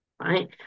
Right